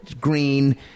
green